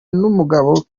n’umugabo